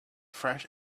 fresh